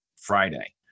Friday